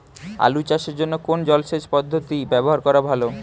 আলু চাষের জন্য কোন জলসেচ পদ্ধতি ব্যবহার করা ভালো?